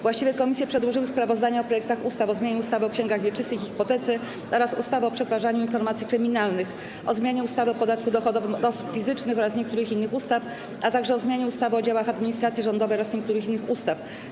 Właściwe komisje przedłożyły sprawozdania o projektach ustaw: - o zmianie ustawy o księgach wieczystych i hipotece oraz ustawy o przetwarzaniu informacji kryminalnych, - o zmianie ustawy o podatku dochodowym od osób fizycznych oraz niektórych innych ustaw, - o zmianie ustawy o działach administracji rządowej oraz niektórych innych ustaw.